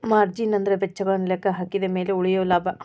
margin ಅಂದ್ರ ವೆಚ್ಚಗಳನ್ನ ಲೆಕ್ಕಹಾಕಿದ ಮ್ಯಾಲೆ ಉಳಿಯೊ ಲಾಭ